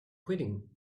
quitting